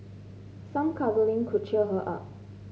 some cuddling could cheer her up